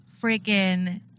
Freaking